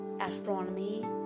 astronomy